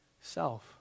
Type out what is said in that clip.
self